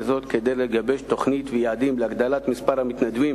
וזאת כדי לגבש תוכנית ויעדים להגדלת מספר המתנדבים